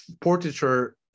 portraiture